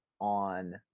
on